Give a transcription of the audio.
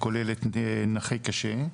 הכוללת נכה קשה,